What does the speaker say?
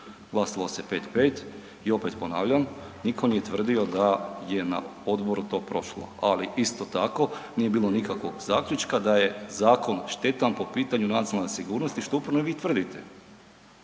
glasalo se 5:5 i opet ponavljam nitko nije tvrdio da je to na odboru prošlo. Ali isto tako nije bilo nikakvog zaključka da je zakon štetan po pitanju nacionalne sigurnosti što uporno vi tvrdite.